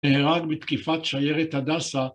נהרג בתקיפת שיירת הדסה.